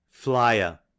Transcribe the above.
Flyer